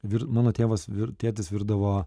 vir mano tėvas vir tėtis virdavo